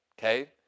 okay